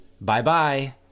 Bye-bye